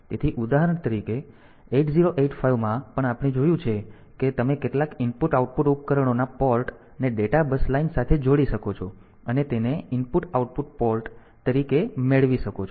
તેથી ઉદાહરણ તરીકે 8085 માં પણ આપણે જોયું છે કે તમે કેટલાક IO ઉપકરણોના પોર્ટ ને ડેટા બસ લાઇન સાથે જોડી શકો છો અને તેને IO પોર્ટ તરીકે મેળવી શકો છો